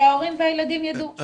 שההורים והילדים ידעו,